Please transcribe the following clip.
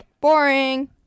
boring